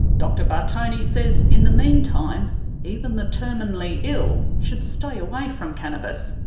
dr bartone says in the meantime even the terminally ill should stay away from cannabis.